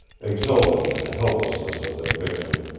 exulting in the helplessness of their victim,